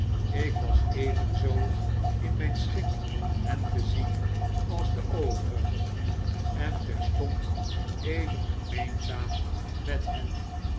ik was evenzooin myn schik hen te zien als de overigen en terstond even gemeenzaam met hen